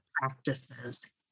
practices